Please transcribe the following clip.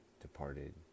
departed